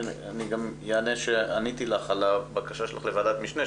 אני גם אענה שעניתי לך על הבקשה שלך לוועדת משנה,